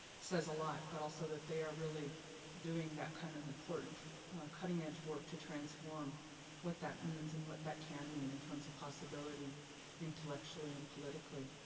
says a lot, but also that they are really doing that kind of important cutting edge work to transform what that means and what that can mean in terms of possibility intellectually and politically.